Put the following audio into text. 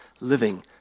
living